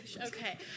Okay